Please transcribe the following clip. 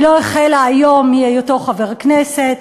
היא לא החלה מיום היותו חבר כנסת,